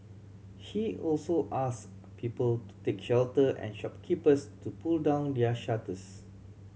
she also asked people to take shelter and shopkeepers to pull down their shutters